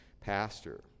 pastor